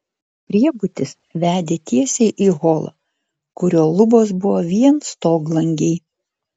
priebutis vedė tiesiai į holą kurio lubos buvo vien stoglangiai